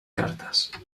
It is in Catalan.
cartes